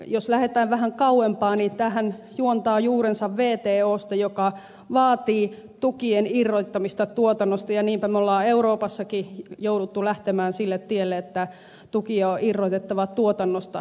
jos lähdetään vähän kauempaa niin tämähän juontaa juurensa wtosta joka vaatii tukien irrottamista tuotannosta ja niinpä me olemme euroopassakin joutuneet lähtemään sille tielle että tuki on irrotettava tuotannosta